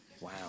Wow